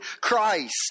christ